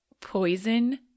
poison